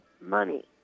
money